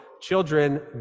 children